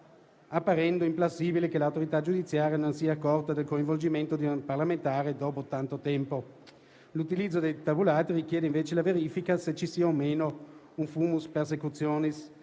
apparendo implausibile che l'autorità giudiziaria non si sia accorta del coinvolgimento di un parlamentare dopo tanto tempo. L'utilizzo dei tabulati richiede, invece, la verifica se ci sia o no un *fumus persecutionis*.